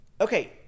okay